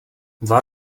dva